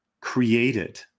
created